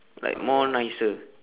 like more nicer